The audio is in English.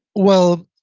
well,